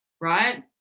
right